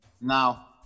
Now